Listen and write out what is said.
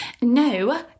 No